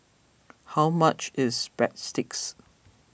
how much is Breadsticks